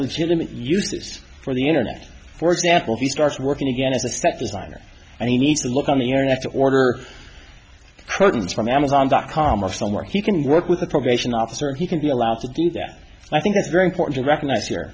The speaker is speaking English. legitimate uses for the internet for example he starts working again if the suspect is minor and he needs to look on the internet to order crotons from amazon dot com or somewhere he can work with a probation officer he can be allowed to do that i think it's very important to recognize here